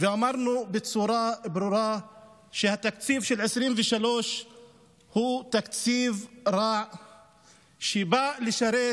ואמרנו בצורה ברורה שהתקציב של 2023 הוא תקציב רע שבא לשרת